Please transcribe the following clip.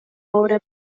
obra